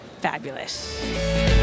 fabulous